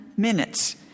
Minutes